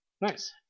Nice